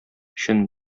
өчен